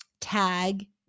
tag